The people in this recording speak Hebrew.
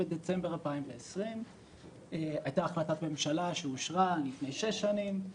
בדצמבר 2020. הייתה החלטת ממשלה שאושרה לפני שש שנים,